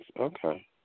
Okay